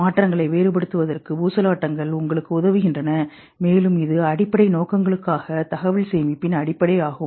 மாற்றங்களை வேறுபடுத்துவதற்கு ஊசலாட்டங்கள் உங்களுக்கு உதவுகின்றன மேலும் இது அடிப்படை நோக்கங்களுக்கான தகவல் சேகரிப்பின் அடிப்படையாகும்